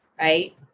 right